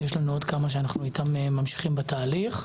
ויש לנו עוד כמה שאנחנו איתם ממשיכים בתהליך.